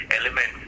elements